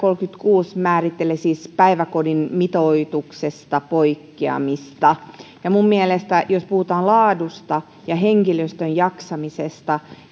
pykälä määrittelee siis päiväkodin mitoituksesta poikkeamista ja minun mielestäni jos puhutaan laadusta ja henkilöstön jaksamisesta